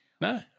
No